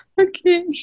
Okay